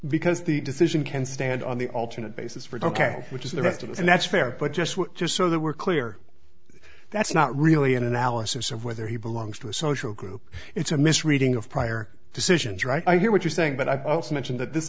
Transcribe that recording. because the decision can stand on the alternate basis for it ok which is the rest of us and that's fair but just were just so they were clear that's not really an analysis of whether he belongs to a social group it's a misreading of prior decisions right i hear what you're saying but i've also mentioned that this